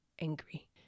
angry